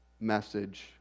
message